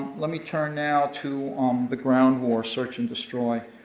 let me turn now to the ground war, search and destroy.